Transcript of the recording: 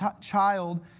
child